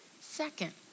Second